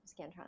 Scantron